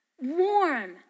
Warm